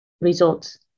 results